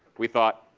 we thought,